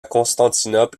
constantinople